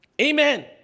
Amen